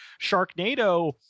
Sharknado